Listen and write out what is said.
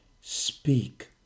speak